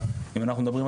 ואני מקווה